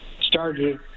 started